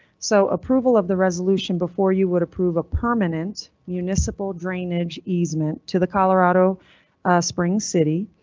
so approval of the resolution before you would approve a permanent municipal drainage easement to the colorado spring city.